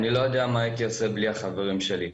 אני לא יודע מה הייתי עושה בלי החברים שלי.